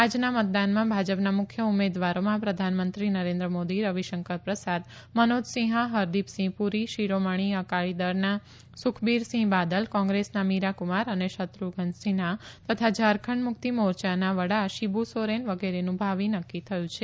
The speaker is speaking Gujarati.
આજના મતદાનમાં ભાજપના મુખ્ય ઉમેદવારોમાં પ્રધાનમંત્રી નરેન્દ્ર મોદી રવિશંકર પ્રસાદ મનોજ સિંહા હરદિપસિંહ પુરી શિરોમણી અકાલીદળના સુખબીરસિંહ બાદલ કોંગ્રેસના મીરા કુમાર અને શત્રુધ્ન સિંહા તથા ઝારખંડ મુક્તિ મોરચાના વડા શિબુ સોરેન વગેરેનું ભાવિ નક્કી થયું છે